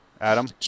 Adam